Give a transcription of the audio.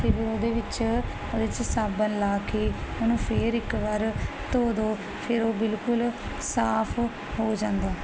ਤੇ ਉਹਦੇ ਵਿੱਚ ਉਹਦੇ ਚ ਸਾਬਣ ਲਾ ਕੇ ਉਹਨੂੰ ਫੇਰ ਇੱਕ ਵਾਰ ਧੋ ਦੋ ਦੋ ਫਿਰ ਉਹ ਬਿਲਕੁਲ ਸਾਫ ਹੋ ਜਾਂਦਾ